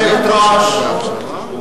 אני קוראת אותך לסדר פעם ראשונה.